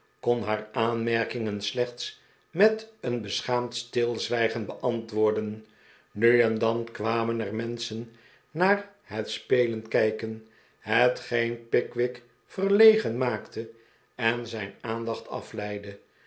kon haar aanmerkingen slechts met een beschaa md stilzwijgen beantwoorden nu en dan kwamen er menschen naar het spelen kijken hetgeen pickwick verlegen maakte en zijn aandacht afleidde